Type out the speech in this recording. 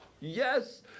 yes